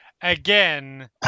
Again